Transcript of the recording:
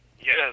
Yes